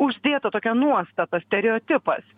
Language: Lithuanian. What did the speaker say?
uždėta tokia nuostata stereotipas